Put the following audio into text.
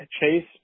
Chase